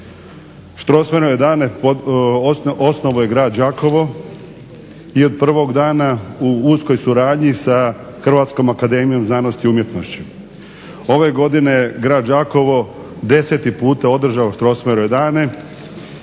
Strossmayerove dane osnovo je grad Đakovo i od prvog dana u uskoj suradnji sa Hrvatsku akademiju znanosti i umjetnosti. Ove godine grad Đakovo 10 puta održao Strossmayerove dane